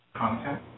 content